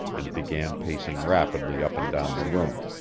and began pacing rapidly up and down the room.